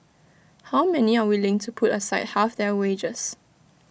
how many are willing to put aside half their wages